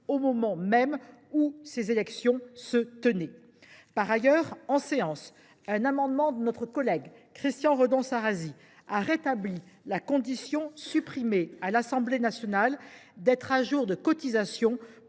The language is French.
au moment même où ces élections se tenaient… Par ailleurs, en séance, un amendement de notre collègue Christian Redon Sarrazy a rétabli la condition, supprimée à l’Assemblée nationale, d’être à jour de cotisations